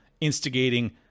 instigating